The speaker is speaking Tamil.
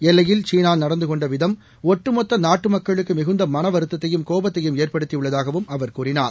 எல்லையில் நடந்து கொண்ட விதம் ஒட்டுமொத்த நாட்டு மக்களுக்கு மிகுந்த மனவருத்தத்தையும் கோபத்தையும் ஏற்படுத்தியுள்ளதாகவும் அவர் கூறினார்